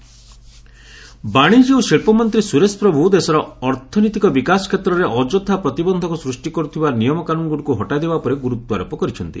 Suresh Prabhu economic ବାଶିଜ୍ୟ ଓ ଶିଳ୍ପ ମନ୍ତ୍ରୀ ସୁରେଶ ପ୍ରଭୁ ଦେଶର ଅର୍ଥନୀତିକ ବିକାଶ କ୍ଷେତ୍ରରେ ଅଯଥା ପ୍ରତିବନ୍ଧକ ସୃଷ୍ଟି କରୁଥିବା ନିୟମ କାନୁନଗୁଡିକୁ ହଟାଇ ଦେବା ଉପରେ ଗୁରୁତ୍ୱାରୋପ କରିଛନ୍ତି